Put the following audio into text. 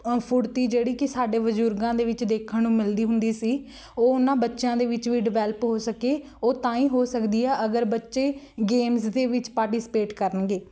ਫੁਰਤੀ ਜਿਹੜੀ ਕਿ ਸਾਡੇ ਬਜ਼ੁਰਗਾਂ ਦੇ ਵਿੱਚ ਦੇਖਣ ਨੂੰ ਮਿਲਦੀ ਹੁੰਦੀ ਸੀ ਉਹ ਉਹਨਾਂ ਬੱਚਿਆਂ ਦੇ ਵਿੱਚ ਵੀ ਡਿਵੈਲਪ ਹੋ ਸਕੇ ਉਹ ਤਾਂ ਹੀ ਹੋ ਸਕਦੀ ਹੈ ਅਗਰ ਬੱਚੇ ਗੇਮਸ ਦੇ ਵਿੱਚ ਪਾਰਟੀਸਪੇਟ ਕਰਨਗੇ